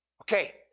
okay